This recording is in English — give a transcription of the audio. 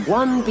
one